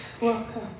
Welcome